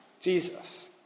Jesus